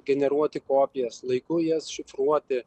generuoti kopijas laiku jas šifruoti